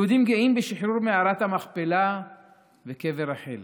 יהודים שגאים בשחרור מערת המכפלה וקבר רחל